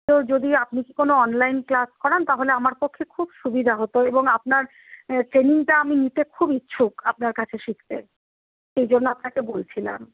তো যদি আপনি কি কোন অনলাইন ক্লাস করান তাহলে আমার পক্ষে খুব সুবিধা হত এবং আপনার ট্রেনিংটা আমি নিতে খুব ইচ্ছুক আপনার কাছে শিখতে সেই জন্য আপনাকে বলছিলাম